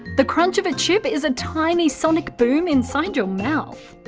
the crunch of a chip is a tiny sonic boom inside your mouth.